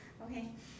okay